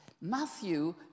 Matthew